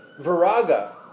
viraga